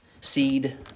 seed